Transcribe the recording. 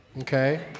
Okay